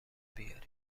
بیارین